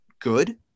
good